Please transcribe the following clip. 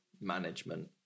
management